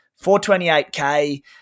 428k